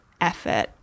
effort